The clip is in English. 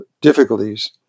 difficulties